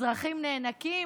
אזרחים נאנקים?